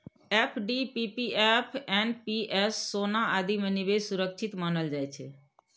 FD, PPF, NPS, सोना आदि मे निवेश सुरक्षित मानल जाइ छै